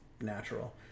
natural